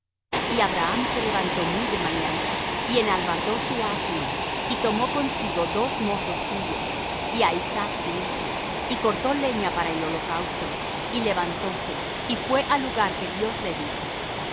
y abraham se levantó muy de mañana y enalbardó su asno y tomó consigo dos mozos suyos y á isaac su hijo y cortó leña para el holocausto y levantóse y fué al lugar que dios le dijo